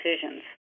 decisions